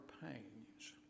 pains